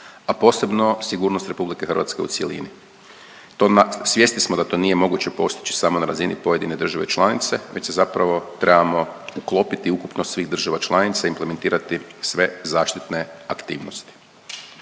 a posebno sigurnost RH u cjelini. Svjesni smo da to nije moguće postići samo na razini pojedine države članice već se zapravo trebamo uklopiti ukupnost svih država članica i implementirati sve zaštitne aktivnosti.